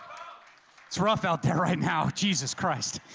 it's rough out there right now, jesus christ,